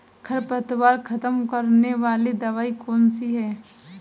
खरपतवार खत्म करने वाली दवाई कौन सी है?